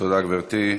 תודה, גברתי.